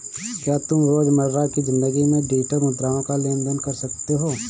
क्या तुम रोजमर्रा की जिंदगी में डिजिटल मुद्राओं का लेन देन कर सकते हो?